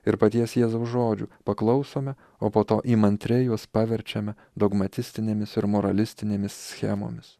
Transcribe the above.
ir paties jėzaus žodžių paklausome o po to įmantriai juos paverčiame dogmatistinėmis ir moralistinėmis schemomis